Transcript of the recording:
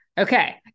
Okay